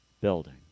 building